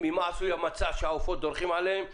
ממה עשוי המצע שהעופות דורכים עליהם,